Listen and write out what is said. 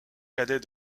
cadet